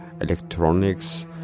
electronics